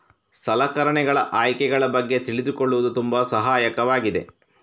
ಸಲಕರಣೆಗಳ ಆಯ್ಕೆಗಳ ಬಗ್ಗೆ ತಿಳಿದುಕೊಳ್ಳುವುದು ತುಂಬಾ ಸಹಾಯಕವಾಗಿದೆ